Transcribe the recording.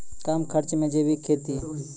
कम खर्च मे जैविक खेती?